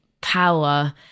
power